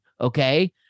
Okay